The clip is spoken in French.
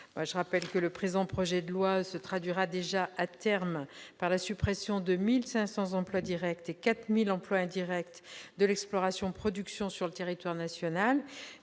des dispositions du présent projet de loi se traduira déjà, à terme, par la suppression de 1 500 emplois directs et de 4 000 emplois indirects dans le secteur de l'exploration-production sur le territoire national.